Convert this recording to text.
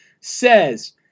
says